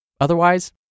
Otherwise